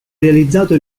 realizzato